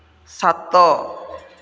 ସାତ